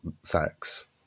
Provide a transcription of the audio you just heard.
sex